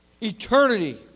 eternity